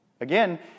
Again